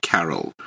Carol